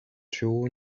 drew